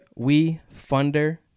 WeFunder